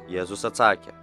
jėzus atsakė